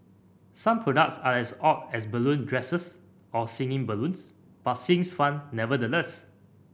some products are as odd as balloon dresses or singing balloons but seems fun nevertheless